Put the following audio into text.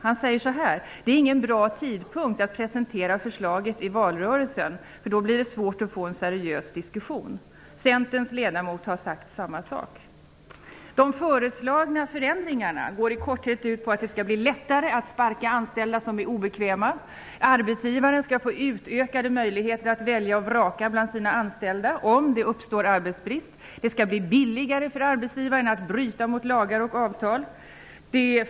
Han säger så här: Det är ingen bra tidpunkt att presentera förslaget i valrörelsen, för då blir det svårt att få en seriös diskussion. Centerns ledamot har sagt samma sak. De föreslagna förändringarna går i korthet ut på att det skall bli lättare att sparka anställda som är obekväma och att arbetsgivaren skall få utökade möjligheter att välja och vraka bland sina anställda om det uppstår arbetsbrist. Det skall bli billigare för arbetsgivare att bryta mot lagar och avtal.